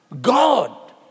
God